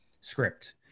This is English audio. script